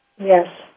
Yes